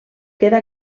queda